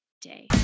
day